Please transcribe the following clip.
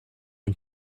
and